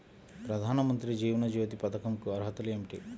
ప్రధాన మంత్రి జీవన జ్యోతి పథకంకు అర్హతలు ఏమిటి?